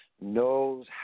knows